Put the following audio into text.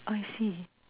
I see